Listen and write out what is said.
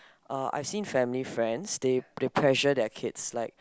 uh I've seen family friends they pressure their kids like